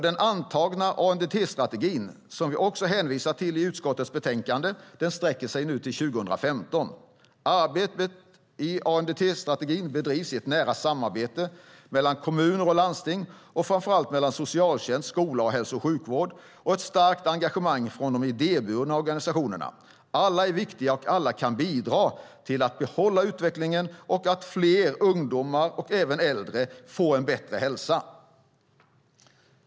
Den antagna ANDT-strategin, som vi hänvisar till i utskottets betänkande, sträcker sig nu till 2015. Arbetet med ANDT-strategin bedrivs i nära samarbete mellan kommuner och landsting, framför allt mellan socialtjänst, skola och hälso och sjukvård och ett starkt engagemang från de idéburna organisationerna. Alla är viktiga och alla kan bidra till att behålla utvecklingen och se till att fler ungdomar och även äldre får bättre hälsa.